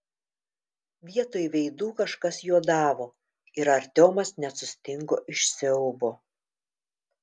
vietoj veidų kažkas juodavo ir artiomas net sustingo iš siaubo